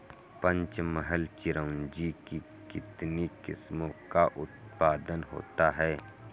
पंचमहल चिरौंजी की कितनी किस्मों का उत्पादन होता है?